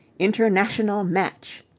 international match.